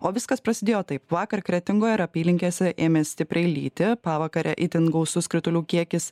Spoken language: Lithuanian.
o viskas prasidėjo taip vakar kretingoj ir apylinkėse ėmė stipriai lyti pavakare itin gausus kritulių kiekis